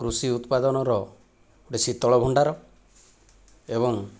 କୃଷି ଉତ୍ପାଦନର ଗୋଟିଏ ଶୀତଳଭଣ୍ଡାର ଏବଂ